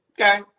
Okay